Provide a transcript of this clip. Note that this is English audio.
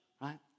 right